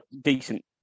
decent